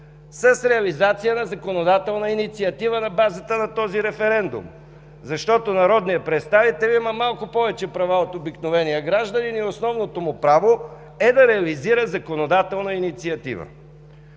с реализация на законодателна инициатива на базата на този референдум. Народният представител има малко повече права от обикновения гражданин и основното му право е да реализира законодателна инициатива.